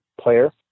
player